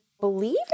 believe